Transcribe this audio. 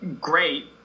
great